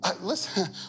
Listen